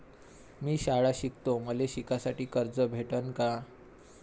मी शाळा शिकतो, मले शिकासाठी कर्ज भेटन का?